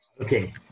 Okay